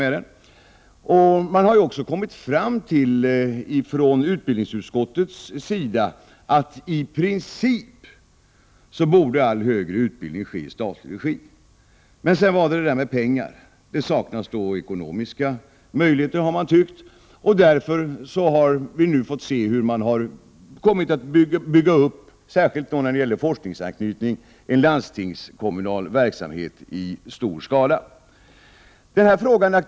Utbildningsutskottet har också kommit fram till att i princip all högre utbildning borde bedrivas i statlig regi. Men detta är också en fråga om pengar. Man har tyckt att ekonomiska möjligheter saknats, och vi har därför nu fått se hur man i stor skala byggt upp en landstingskommunal verksamhet, särskilt med forskningsanknytning.